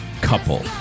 couple